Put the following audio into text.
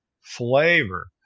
flavor